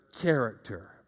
character